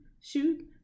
shoot